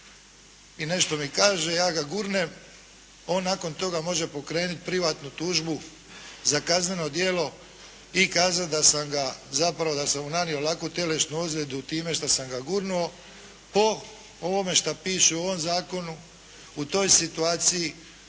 i nešto mi kaže, ja ga gurnem, on nakon toga može pokrenuti privatnu tužbu za kazneno djelo i kazati da sam ga, zapravo da sam mu nanio laku tjelesnu ozljedu time što sam ga gurnuo. Po ovome šta piše u ovom zakonu u toj situaciji